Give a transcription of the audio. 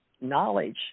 knowledge